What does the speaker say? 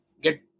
get